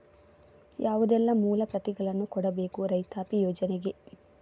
ಯಾವುದೆಲ್ಲ ಮೂಲ ಪ್ರತಿಗಳನ್ನು ಕೊಡಬೇಕು ರೈತಾಪಿ ಯೋಜನೆಗೆ?